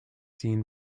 seen